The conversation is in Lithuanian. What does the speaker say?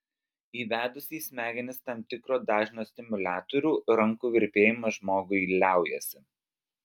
įvedus į smegenis tam tikro dažnio stimuliatorių rankų virpėjimas žmogui liaujasi